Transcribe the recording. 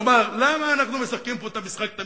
כלומר, למה אנחנו תמיד משחקים פה את המשחק של